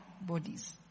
bodies